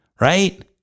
Right